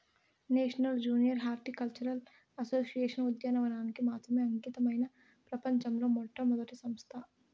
national junior horticultural association ఉద్యానవనానికి మాత్రమే అంకితమైన ప్రపంచంలో మొట్టమొదటి సంస్థ